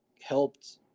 helped